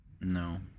no